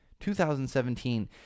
2017